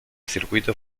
circuito